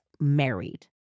married